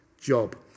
job